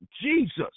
Jesus